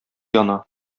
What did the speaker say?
яна